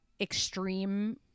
extreme